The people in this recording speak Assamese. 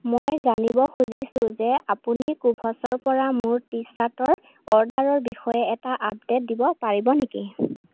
মই জানিব খুজিছোঁ যে আপুনি কুভছৰ পৰা মোৰ টি শ্বাৰ্টৰ অৰ্ডাৰৰ বিষয়ে এটা আপডেট দিব পাৰিব নেকি